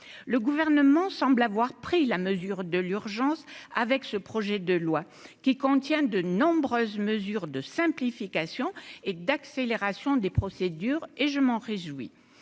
le gouvernement semble avoir pris la mesure de l'urgence avec ce projet de loi qui contiennent de nombreuses mesures de simplification et d'accélération des procédures, et je m'en réjouis,